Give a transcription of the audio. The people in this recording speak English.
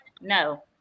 no